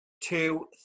two